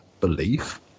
belief